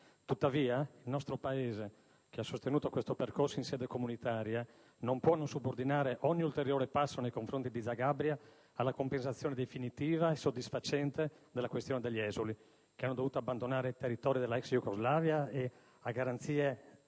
Tuttavia il nostro Paese, che ha sostenuto questo percorso in sede comunitaria, non può non subordinare ogni ulteriore passo nei confronti di Zagabria alla composizione definitiva e soddisfacente della questione degli esuli che hanno dovuto abbandonare i territori della ex Jugoslavia e a garanzie certe